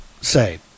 say